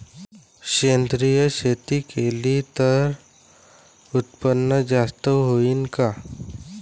सेंद्रिय शेती केली त उत्पन्न जास्त होईन का?